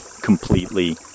completely